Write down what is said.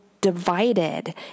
divided